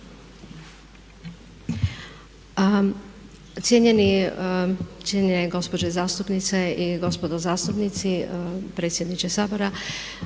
Cijenjene gospođe zastupnice i gospodo zastupnici, predsjedniče Sabora